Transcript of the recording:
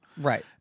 Right